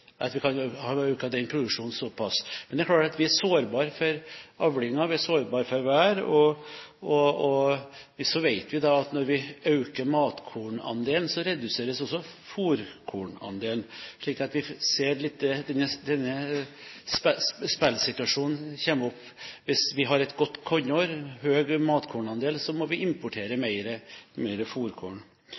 den produksjonen såpass. Men det er klart at vi er sårbare for avlinger. Vi er sårbare for vær, og vi vet at når vi øker matkornandelen, reduseres også fôrkornandelen, slik at vi ser denne spillsituasjonen kommer opp – hvis vi har et godt kornår, høy matkornandel, må vi importere